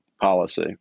policy